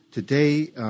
Today